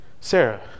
Sarah